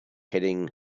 hitting